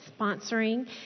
sponsoring